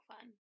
fun